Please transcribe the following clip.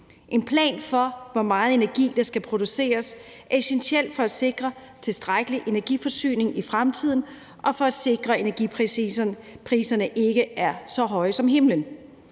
En plan for, hvor meget energi der skal produceres, er essentiel for at sikre en tilstrækkelig energiforsyning i fremtiden og for at sikre, at energipriserne ikke er så høje som himlen.